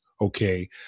okay